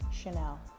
Chanel